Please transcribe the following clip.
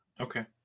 okay